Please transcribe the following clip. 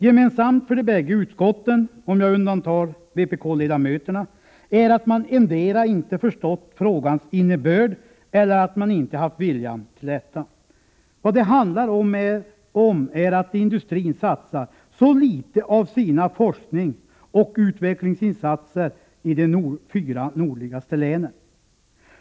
Gemensamt för de bägge utskotten — om jag undantar vpk-ledamöterna — är att man endera inte förstått frågans innebörd eller också inte haft viljan till detta. Vad det handlar om är att industrin satsar så litet av sina forskningsoch utvecklingsinsatser i de fyra nordligaste länen.